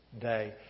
day